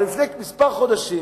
לפני כמה שבועות